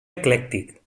eclèctic